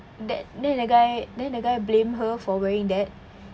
that then the guy then the guy blame her for wearing that